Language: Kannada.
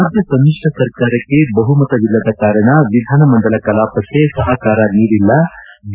ರಾಜ್ಜ ಸಮಿಶ್ರ ಸರ್ಕಾರಕ್ಷೆ ಬಹುಮತವಿಲ್ಲದ ಕಾರಣ ವಿಧಾನಮಂಡಲ ಕಲಾಪಕ್ಷೆ ಸಹಕಾರ ನೀಡಿಲ್ಲ ಬಿ